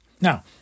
Now